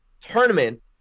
tournament